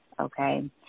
okay